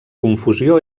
confusió